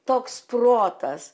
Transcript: toks protas